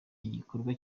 igikorwa